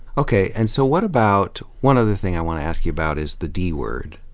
okay, and so what about, one other thing i want to ask you about is the d word.